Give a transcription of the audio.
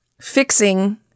fixing